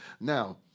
Now